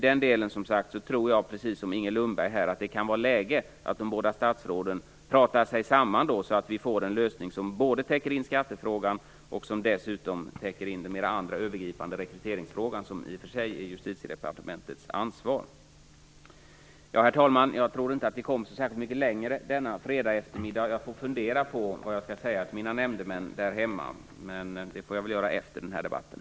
Men jag tror precis som Inger Lundberg att det kan vara läge för de båda statsråden att prata sig samman, så att vi får en lösning som både täcker in skattefrågan och den andra mera övergripande frågan om rekrytering, som i och för sig är Justitiedepartementets ansvar. Herr talman! Jag tror inte att vi kommer så värst mycket längre denna fredagseftermiddag. Jag får fundera på vad jag skall säga till mina nämndemän där hemma, men det får jag väl göra efter den här debatten.